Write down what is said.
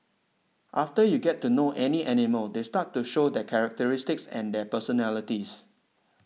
after you get to know any any animal they start to show their characteristics and their personalities